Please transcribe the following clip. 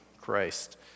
Christ